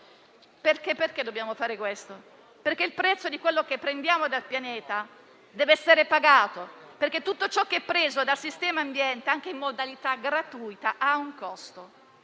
Dobbiamo fare questo perché il prezzo di ciò che prendiamo dal pianeta deve essere pagato: tutto ciò che è preso dal sistema ambiente, anche in modalità gratuita, ha un costo.